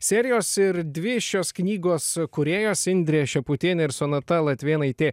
serijos ir dvi šios knygos kūrėjos indrė šeputienė ir sonata latvėnaitė